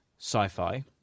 sci-fi